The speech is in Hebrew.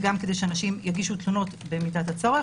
וגם כדי שאנשים יגישו תלונות במידת הצורך.